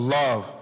love